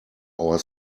our